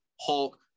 Hulk